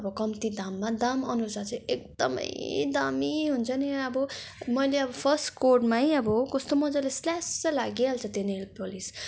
अब कम्ती दाममा दामअनुसार चाहिँ एकदमै दामी हुन्छ नि अब मैले अब फर्स्ट कोडमै अब कस्तो मज्जाले स्लास्स लागिहाल्छ त्यो नेल पलिस